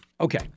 Okay